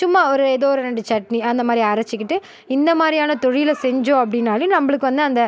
சும்மா ஒரு எதோ ஒரு ரெண்டு சட்னி அந்த மாதிரி அரைச்சிக்கிட்டு இந்த மாதிரியான தொழில் செஞ்சம் அப்படின்னாலே நம்பளுக்கு வந்து அந்த